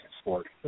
sport